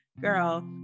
girl